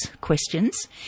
questions